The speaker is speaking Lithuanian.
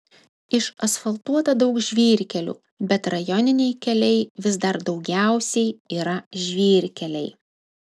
išasfaltuota daug žvyrkelių bet rajoniniai keliai vis dar daugiausiai yra žvyrkeliai